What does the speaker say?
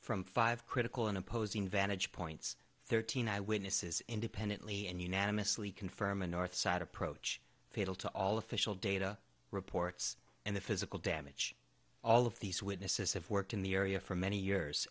from five critical and opposing vantage points thirteen eyewitnesses independently and unanimously confirmed a north side approach fatal to all official data reports and the physical damage all of these witnesses have worked in the area for many years